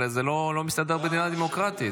אבל זה לא מסתדר במדינה דמוקרטית.